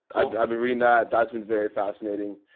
i've i've reading that that's been very fascinating.